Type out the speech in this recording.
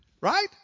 Right